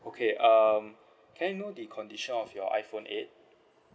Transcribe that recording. okay um can I know the condition of your iPhone eight